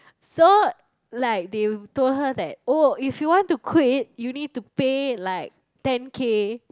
so like they told her that orh if you want to quit you need to pay like ten K